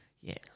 Yes